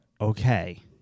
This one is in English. Okay